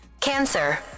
Cancer